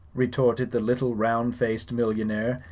retorted the little round faced millionaire,